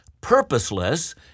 purposeless